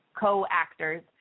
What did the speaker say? co-actors